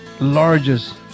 largest